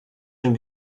dem